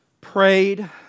prayed